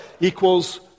equals